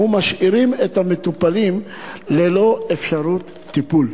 ומשאירים את המטופלים ללא אפשרות טיפול.